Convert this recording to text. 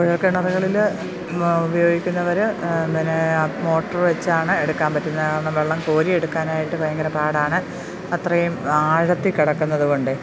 കുഴല്ക്കിണറുകള് ഉപയോഗിക്കുന്നവര് പിന്നെ മോട്ടർ വെച്ചാണെടുക്കാൻ പറ്റുന്നത് കാരണം വെള്ളം കോരിയെടുക്കാനായിട്ട് ഭയങ്കരം പാടാണ് അത്രയും ആഴത്തില് കിടക്കുന്നതുകൊണ്ട്